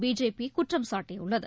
BJP குற்றம் சாட்டியுள்ளது